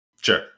sure